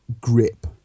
grip